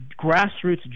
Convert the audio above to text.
grassroots